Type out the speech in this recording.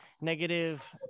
negative